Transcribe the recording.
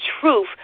truth